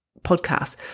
podcast